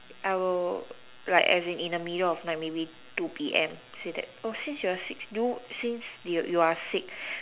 I will like as in in the middle of night maybe two P_M say that oh since you're sick do you since you you're sick